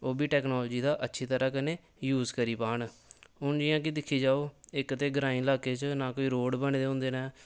ओह् बी टैक्नोलजी दा अच्छी तरहां कन्नै यूज करी पान हून जियां कि दिक्खे जाओ इक ते ग्राईं इलाके च ना कोई रोड बने दे होंदे नै